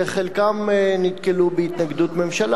וחלקם נתקלו בהתנגדות ממשלה.